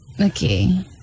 Okay